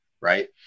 Right